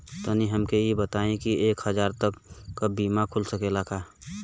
तनि हमके इ बताईं की एक हजार तक क बीमा खुल सकेला का?